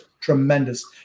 tremendous